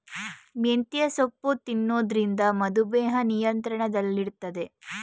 ಮೆಂತ್ಯೆ ಸೊಪ್ಪು ತಿನ್ನೊದ್ರಿಂದ ಮಧುಮೇಹ ನಿಯಂತ್ರಣದಲ್ಲಿಡ್ತದೆ